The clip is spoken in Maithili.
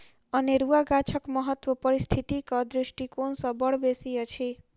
अनेरुआ गाछक महत्व पारिस्थितिक दृष्टिकोण सँ बड़ बेसी अछि